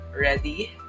ready